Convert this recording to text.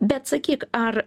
bet sakyk ar